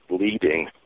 leading